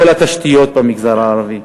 כל התשתיות במגזר הערבי,